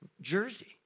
jersey